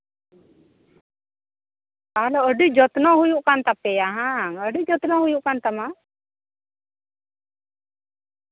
ᱛᱟᱦᱚᱞᱮ ᱟᱹᱰᱤ ᱡᱚᱛᱱᱚ ᱦᱩᱭᱩᱜ ᱠᱟᱱ ᱛᱟᱯᱮᱭᱟ ᱵᱟᱝ ᱟᱹᱰᱤ ᱡᱚᱛᱱᱚ ᱦᱩᱭᱩᱜ ᱠᱟᱱ ᱛᱟᱢᱟ